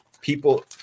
people